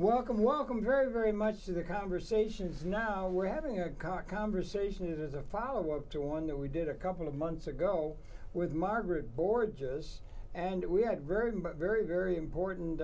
welcome welcome very very much to the conversations now we're having a car conversation as a follow up to one that we did a couple of months ago with margaret board just and we had very very very important